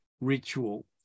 Ritual